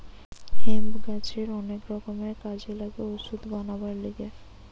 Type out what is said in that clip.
hemp গাছের অনেক রকমের কাজে লাগে ওষুধ বানাবার লিগে